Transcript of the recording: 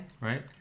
right